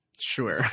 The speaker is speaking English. sure